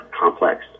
complex